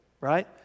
right